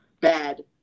bad